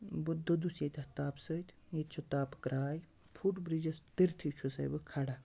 بہٕ دوٚدُس ییٚتٮ۪تھ تاپہٕ سۭتۍ ییٚتہِ چھُ تاپہٕ کرٛاے فُٹ بِرٛجَس تٔرۍ تھٕے چھُسَے بہٕ کھَڑا